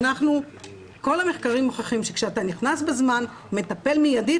כל המחקרים מוכיחים שכשאתה נכנס בזמן ומטפל מידית,